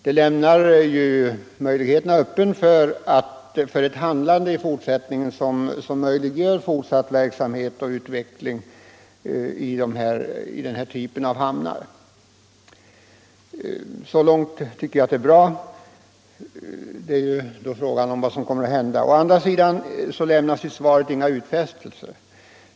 Det lämnar möjligheter öppna för ett handlande som medger fortsatt verksamhet och utveckling vid den här typen av hamnar. Så långt tycker jag att det är bra. Frågan är vad som kommer att hända. Å andra sidan lämnas i svaret inga utfästelser.